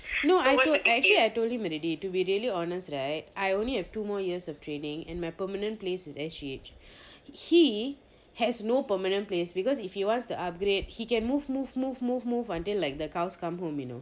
no I told actually I told him already to be really honest right I only have two more years of training and my permanent place is S_G_H he has no permanent place because if he wants to upgrade he can move move move move move until like the cows come home you know